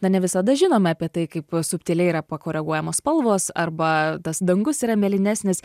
na ne visada žinome apie tai kaip subtiliai yra pakoreguojamos spalvos arba tas dangus yra mėlynesnis